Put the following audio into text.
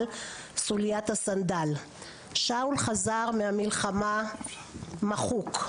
'סוליית הסנדל': "שאול חזר מהמלחמה מחוק.